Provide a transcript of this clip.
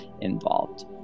involved